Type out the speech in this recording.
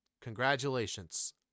Congratulations